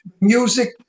music